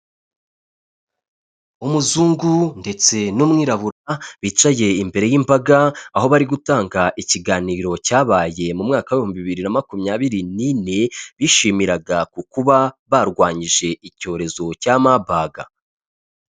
Umuzungu ndetse n'umwirabura bicaye imbere y'imbaga, aho bari gutanga ikiganiro cyabaye mu mwaka w'ibihumbi bibiri na makumyabiri nine, bishimiraga ku kuba barwanyije icyorezo cya Marburg.